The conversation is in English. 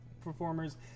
performers